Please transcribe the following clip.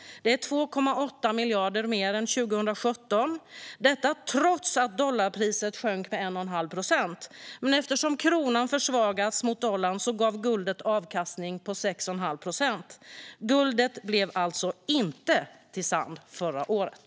Det är 2,8 miljarder mer än 2017. Så är det trots att guldpriset i dollar sjönk med 1,5 procent. Eftersom kronan försvagades mot dollarn gav guldet avkastning på 6,5 procent. Guldet blev alltså inte till sand förra året.